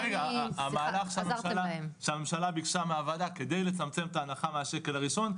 המהלך שהממשלה ביקשה מהוועדה על מנת לצמצם את ההנחה מהשקל הראשון,